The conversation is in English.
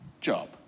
job